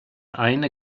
eine